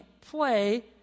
play